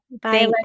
Bye